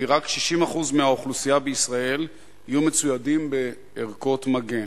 כי רק 60% מהאוכלוסייה בישראל יהיו מצוידים בערכות מגן.